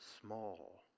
small